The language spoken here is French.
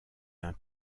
d’un